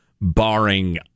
barring